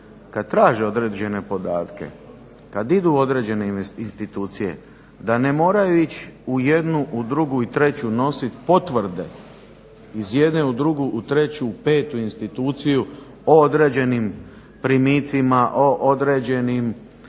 kad traže određene podatke kad idu određene institucije da ne moraju ići u jednu, u drugu i treću nositi potvrde iz jedne u drugu, u treću, u petu instituciju o određenim primicima, o određenim